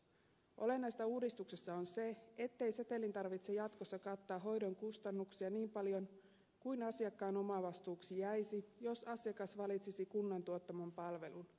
olennaista uudistuksessa on se ettei setelin tarvitse jatkossa kattaa hoidon kustannuksia niin paljon kuin asiakkaan omavastuuksi jäisi jos asiakas valitsisi kunnan tuottaman palvelun